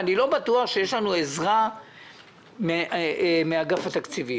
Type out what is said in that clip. אני לא בטוח שיש לנו עזרה מאגף התקציבים.